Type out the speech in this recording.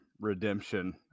redemption